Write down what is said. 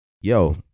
yo